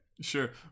sure